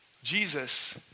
Jesus